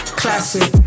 classic